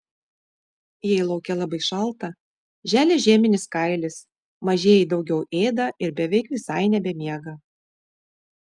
jei lauke labai šalta želia žieminis kailis mažieji daugiau ėda ir beveik visai nebemiega